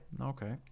okay